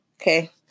Okay